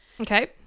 Okay